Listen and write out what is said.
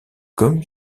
comme